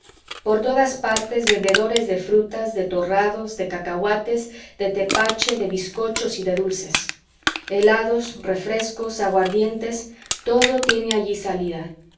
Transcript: por todas partes vendedores de frutas de torrados de cacahuates de tepache de bizcochos y de dulces helados refrescos aguardientes todo tiene allí salida